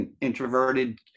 introverted